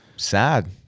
Sad